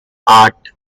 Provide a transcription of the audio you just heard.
art